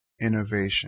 Innovation